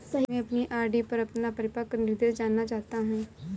मैं अपनी आर.डी पर अपना परिपक्वता निर्देश जानना चाहता हूँ